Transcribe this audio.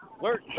Work